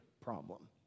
problem